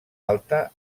alta